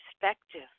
perspective